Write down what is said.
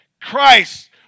Christ